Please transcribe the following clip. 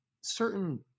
certain